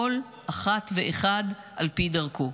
כל אחת ואחד על פי דרכו.